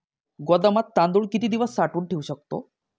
गोदामात तांदूळ किती दिवस साठवून ठेवू शकतो?